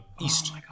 east